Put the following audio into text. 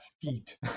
feet